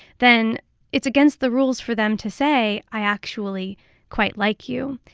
then it's against the rules for them to say, i actually quite like you.